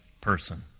person